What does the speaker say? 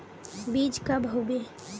बीज कब होबे?